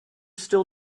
still